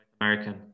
American